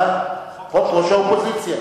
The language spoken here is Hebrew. את חוק ראש האופוזיציה